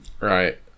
Right